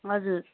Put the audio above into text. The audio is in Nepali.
हजुर